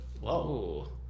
Whoa